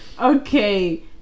okay